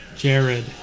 Jared